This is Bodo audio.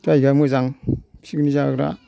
जायगाया मोजां पिकनिक जाग्रा